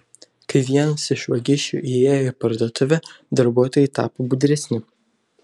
kai vienas iš vagišių įėjo į parduotuvę darbuotojai tapo budresni